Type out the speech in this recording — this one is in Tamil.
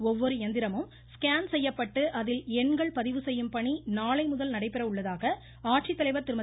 ஒவ்வொரு இயந்திரமும் ஸ்கேன் செய்யப்பட்டு அதில் எண்கள் பதிவு செய்யும் பணி நாளைமுதல் நடைபெற உள்ளதாக ஆட்சித்தலைவர் திருமதி